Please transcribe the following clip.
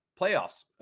playoffs